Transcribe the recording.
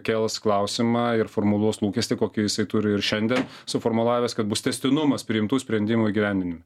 kels klausimą ir formuluos lūkestį kokį jisai turi ir šiandien suformulavęs kad bus tęstinumas priimtų sprendimų įgyvendinime